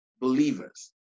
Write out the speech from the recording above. believers